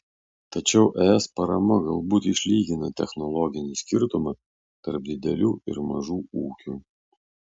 tačiau es parama galbūt išlygina technologinį skirtumą tarp didelių ir mažų ūkių